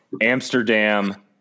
Amsterdam